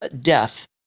death